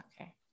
Okay